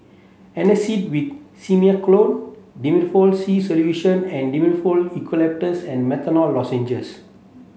Antacid with Simethicone Difflam C Solution and Difflam Eucalyptus and Menthol Lozenges